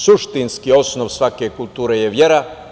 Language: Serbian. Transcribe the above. Suštinski osnov svake kulture je vera.